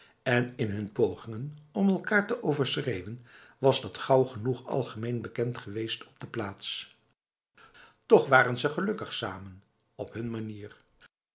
en in hun pogingen om elkaar te overschreeuwen was dat gauw genoeg algemeen bekend geweest op de plaats toch waren ze gelukkig samen op hun manier